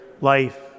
life